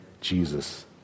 Jesus